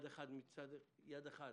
יד אחת